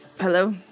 hello